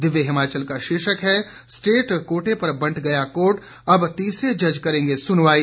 दिव्य हिमाचल का शीर्षक है स्टेट कोटे पर बंट गया कोर्ट अब तीसरे जज करेंगे सुनवाई